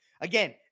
again